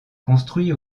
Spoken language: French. construit